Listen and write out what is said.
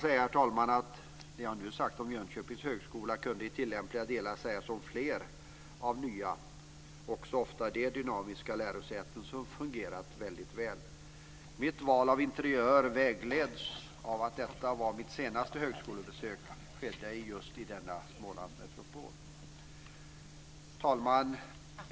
Vissa delar av det jag nu har sagt om Jönköpings högskola skulle kunna sägas om fler nya högskolor - även de dynamiska lärosäten som fungerat väldigt väl. Mitt val av interiör vägleds av att mitt senaste högskolebesök förlades till just denna Smålandsmetropol. Fru talman!